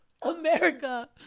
America